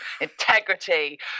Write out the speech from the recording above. integrity